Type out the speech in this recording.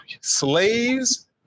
slaves